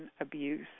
abuse